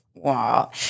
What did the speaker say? Wow